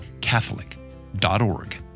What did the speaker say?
Catholic.org